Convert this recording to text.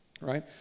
right